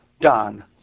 done